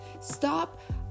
stop